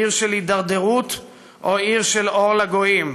עיר של הידרדרות או עיר של אור לגויים,